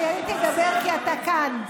אני עליתי לדבר כי אתה כאן.